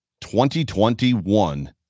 2021